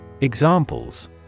Examples